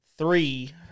Three